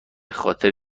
خاطر